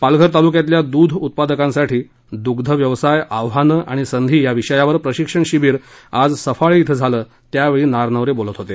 पालघर तालुक्यातल्या दूध उत्पादकांसाठी दृंध व्यवसाय आव्हानं आणि संधी या विषयावर प्रशिक्षण शिबीर आज सफाळे क्रि झालं त्यावेळी नारनवरे बोलत होते